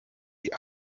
die